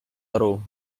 aru